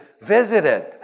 visited